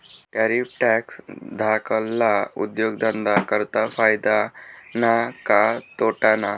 Tariff tax धाकल्ला उद्योगधंदा करता फायदा ना का तोटाना?